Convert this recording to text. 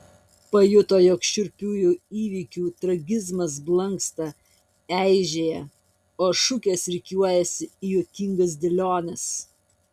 pajuto jog šiurpiųjų įvykių tragizmas blanksta eižėja o šukės rikiuojasi į juokingas dėliones